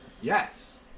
Yes